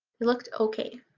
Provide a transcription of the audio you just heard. it looked okay.